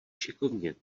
šikovně